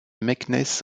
meknès